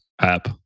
app